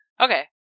Okay